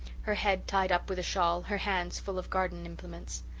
her head tied up with a shawl, her hands full of garden implements.